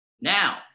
Now